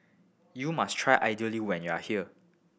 you must try Idly when you are here